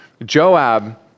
Joab